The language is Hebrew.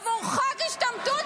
עבור חוק השתמטות,